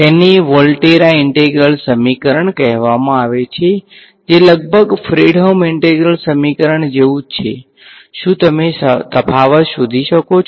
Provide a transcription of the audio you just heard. તેને Volterra integral સમીકરણ કહેવામાં આવે છે જે લગભગ ફ્રેડહોમ ઇન્ટિગ્રલ સમીકરણ જેવું જ છે શું તમે તફાવત શોધી શકો છો